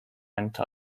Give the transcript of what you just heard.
into